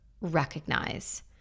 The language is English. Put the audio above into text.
recognize